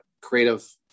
creative